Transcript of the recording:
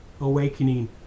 awakening